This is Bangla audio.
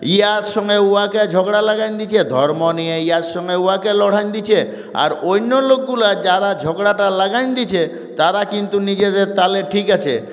ইহার সঙ্গে উহাকে ঝগড়া লাগিয়ে দিয়েছে ধর্ম নিয়ে ইহার সঙ্গে উহাকে লড়িয়ে দিয়েছে আর অন্য লোকগুলো যারা ঝগড়াটা লাগিয়ে দিয়েছে তারা কিন্তু নিজেদের তালে ঠিক আছে